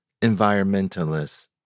environmentalists